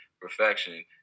perfection